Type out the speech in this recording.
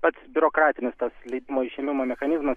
pats biurokratinis tas leidimo išėmimo mechanizmas